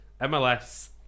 MLS